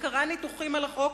וקראה ניתוחים על החוק,